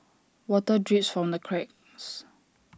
water drips from the cracks